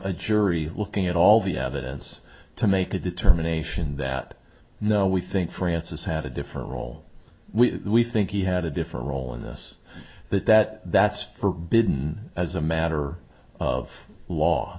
a jury looking at all the evidence to make a determination that no we think francis had a different role we we think he had a different role in this that that that's for didn't as a matter of law